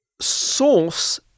Source